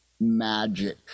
magic